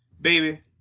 baby